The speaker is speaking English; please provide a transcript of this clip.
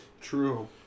True